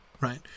right